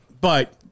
But-